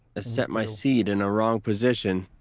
set my seat in a wrong position,